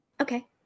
Okay